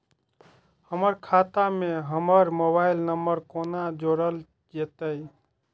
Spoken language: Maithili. हमर खाता मे हमर मोबाइल नम्बर कोना जोरल जेतै?